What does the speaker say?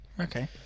okay